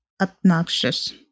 obnoxious